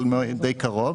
אבל זה די קרוב.